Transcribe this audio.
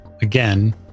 Again